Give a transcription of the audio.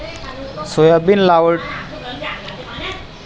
Soybean लागवडीसाठी युरियाचा वापर केला जातो का?